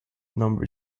number